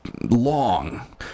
long